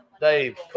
Dave